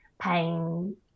pain